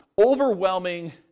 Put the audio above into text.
overwhelming